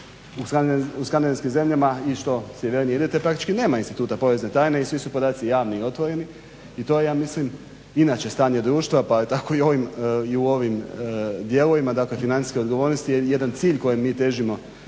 u skandinavskim zemljama i što sjevernije idete praktičke nema instituta porezne tajne i svi su podaci javni i otvoreni i to je ja mislim inače stanje društva pa tako i u ovim dijelovima, dakle financijske odgovornosti je jedan cilj kojem mi težimo